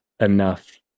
Enough